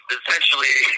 essentially